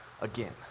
again